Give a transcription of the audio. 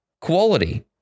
quality